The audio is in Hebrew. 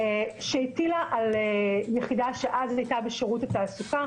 שהטילה על יחידה שאז הייתה בשירות התעסוקה